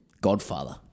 Godfather